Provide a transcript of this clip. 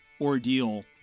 ordeal